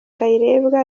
kayirebwa